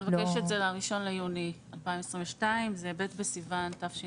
נבקש שזה יהיה ב-1 ביוני 2022. זה ב' בסיון התשפ"ב.